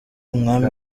umwami